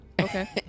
Okay